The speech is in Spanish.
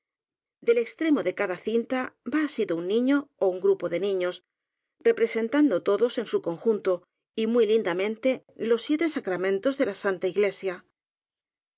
del extremo de cada cinta va asido un niño ó un gru po de niños representando todos en su conjunto y muy lindamente los siete sacramentos de la santa iglesia